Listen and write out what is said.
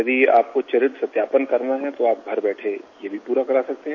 यदि आपको चरित्र सत्यापन कराना है तो आप घर बैठे यह भी पूरा सकते है